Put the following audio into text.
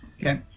Okay